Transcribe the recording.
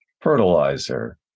fertilizer